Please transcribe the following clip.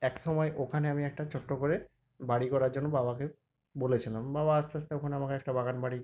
এক সময় ওখানে আমি একটা ছোট্টো করে বাড়ি করার জন্য বাবাকে বলেছিলাম বাবা আস্তে আস্তে ওখানে আমাকে একটা বাগান বাড়ি